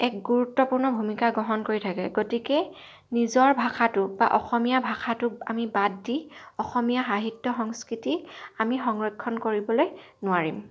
এক গুৰুত্বপূৰ্ণ ভূমিকা গ্ৰহণ কৰি থাকে গতিকে নিজৰ ভাষাটো বা অসমীয়া ভাষাটোক আমি বাদ দি অসমীয়া সাহিত্য সংস্কৃতি আমি সংৰক্ষণ কৰিবলৈ নোৱাৰিম